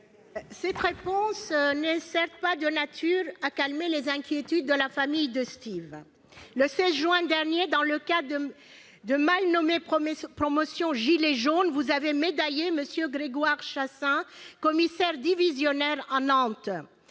cette réponse n'est certes pas de nature à calmer les inquiétudes de la famille de Steve. Le 16 juin dernier, dans le cadre de la mal nommée promotion « gilets jaunes », vous avez décoré M. Grégoire Chassaing, commissaire divisionnaire à Nantes.